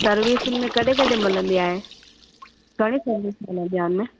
service कॾहिं कॾहिं मिलंदी आहे घणी सर्विस मिलंदी आहे हुनमें